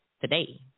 today